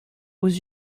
aux